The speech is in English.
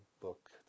book